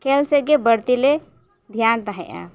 ᱠᱷᱮᱞ ᱥᱮᱫ ᱜᱮ ᱵᱟᱹᱲᱛᱤ ᱞᱮ ᱫᱷᱮᱭᱟᱱ ᱛᱟᱦᱮᱸᱫᱼᱟ